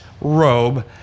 robe